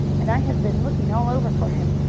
and i have been looking all over for him.